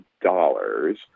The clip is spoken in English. dollars